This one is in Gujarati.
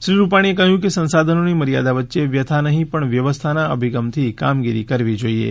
શ્રી રૂપાણીએ કહ્યું કે સંસાધનોની મર્યાદા વચ્ચે વ્યથા નહીં પણ વ્યવસ્થાના અભિગમથી કામગીરી કરવી જોઈએ